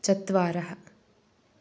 चत्वारः